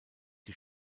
die